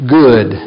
good